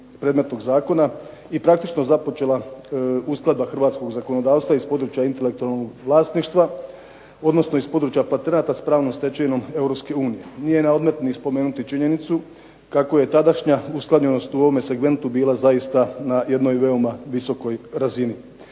i praktično započela uskladba hrvatskog zakonodavstva iz područja intelektualnog vlasništva, odnosno iz područja patenata s pravnom stečevinom Europske unije. Nije na odmet ni spomenuti činjenicu kako je tadašnja usklađenost u ovome segmentu bila zaista na jednoj veoma visokoj razini.